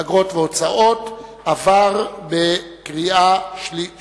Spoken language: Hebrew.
אגרות והוצאות (תיקון מס' 9) עבר בקריאה שלישית,